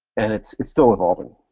and it's it's still evolving.